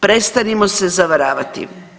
Prestanimo se zavaravati.